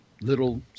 little